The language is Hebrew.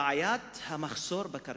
בעיית המחסור בקרקעות,